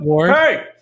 hey